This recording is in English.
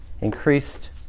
increased